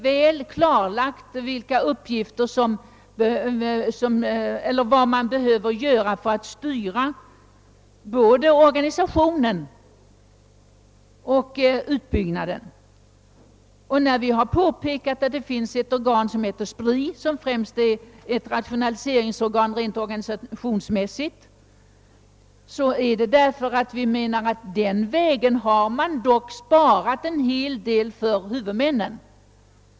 Vad man behöver göra för att styra både organisationen och utbyggnaden är väl klarlagt. När vi har påpekat att det redan finns ett rationaliseringsoch planeringsorgan som heter SPRI, har vi gjort detta därför att man på den vägen dock kunnat spara en hel del för huvudmännen.